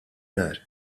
nar